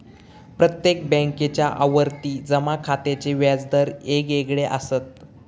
प्रत्येक बॅन्केच्या आवर्ती जमा खात्याचे व्याज दर येगयेगळे असत